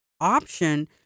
option